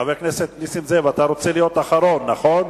חבר הכנסת נסים זאב, אתה רוצה להיות אחרון, נכון?